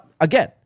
again